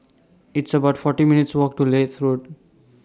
It's about forty minutes' Walk to Leith Road